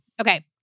Okay